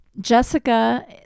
Jessica